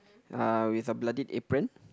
uh with a bloodied apron